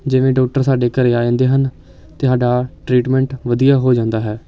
ਜਿਵੇਂ ਡੋਕਟਰ ਸਾਡੇ ਘਰ ਆ ਜਾਂਦੇ ਹਨ ਅਤੇ ਸਾਡਾ ਟ੍ਰੀਟਮੈਂਟ ਵਧੀਆ ਹੋ ਜਾਂਦਾ ਹੈ